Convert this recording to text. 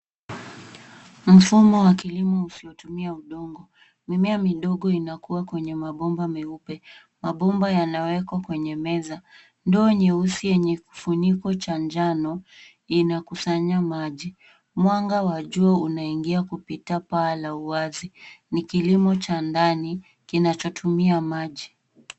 Mfumo wa kilimo usiotumia udongo. Mimea midogo inakua kwenye mabomba meupe. Mabomba yanawekwa kwenye meza. Ndoo nyeusi yenye kifuniko cha njano inakusanya maji. Mwanga wa jua unaingia kupitia paa la wazi. NI kilimo cha ndani kinachotumia maji.